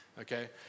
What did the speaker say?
Okay